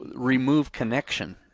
remove connection?